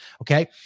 Okay